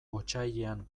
otsailean